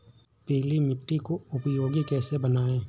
पीली मिट्टी को उपयोगी कैसे बनाएँ?